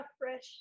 fresh